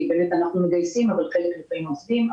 כי אנחנו מגייסים אבל חלק לפעמים עוזבים.